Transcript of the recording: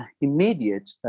immediate